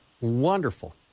wonderful